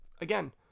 again